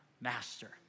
master